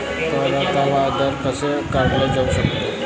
परतावा दर कसा काढला जाऊ शकतो?